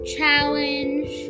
Challenge